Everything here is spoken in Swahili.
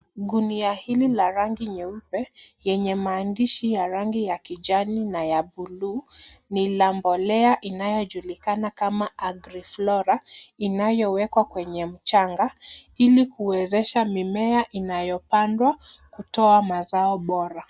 Gunia hili la rangi nyeupe yenye maandishi ya rangi ya kijani na ya buluu ni la mbolea inayojulikana kama AgriFlora inayowekwa kwenye mchanga ili kuwezesha mimea inayopandwa kutoa mazao bora.